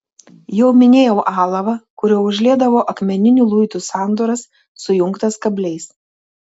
jau minėjau alavą kuriuo užliedavo akmeninių luitų sandūras sujungtas kabliais